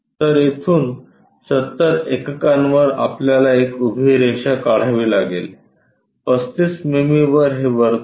तर येथून 70 एककांवर आपल्याला एक उभी रेषा काढावी लागेल 35 मिमी वर हे वर्तुळ आहे